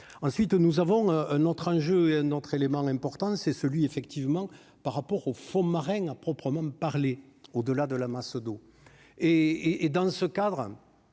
ensuite, nous avons un autre enjeu et un autre élément important, c'est celui effectivement par rapport aux fonds marins à proprement parler, au delà de la masse d'eau et et dans ce cadre,